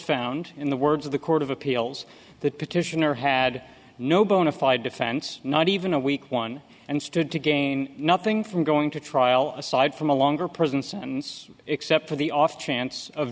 found in the words of the court of appeals that petitioner had no bona fide defense not even a weak one and stood to gain nothing from going to trial aside from a longer presence and except for the off chance of